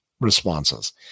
responses